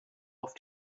auf